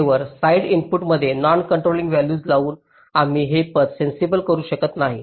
केवळ साइड इनपुट्समध्ये non contouring values लावून आम्ही हे पथ सेन्सिबल करू शकत नाही